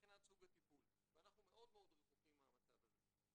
מבחינת סוג הטיפול ואנחנו מאוד מאוד רחוקים מהמצב הזה.